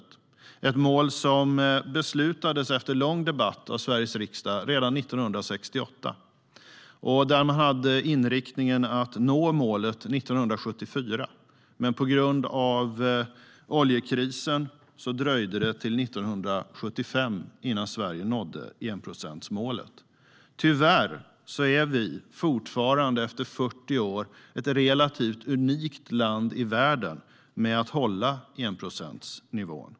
Det är ett mål som beslutades av Sveriges riksdag efter lång debatt redan 1968. Inriktningen var att nå enprocentsmålet 1974, men på grund av oljekrisen dröjde det till 1975 innan Sverige nådde det. Tyvärr är vi fortfarande efter 40 år ett relativt unikt land i världen med att hålla enprocentsnivån.